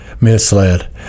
Misled